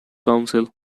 council